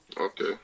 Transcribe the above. okay